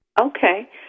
Okay